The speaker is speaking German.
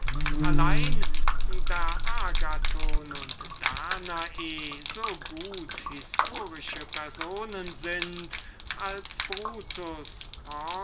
allein da agathon und danae so gut historische personen sind als brutus